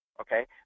okay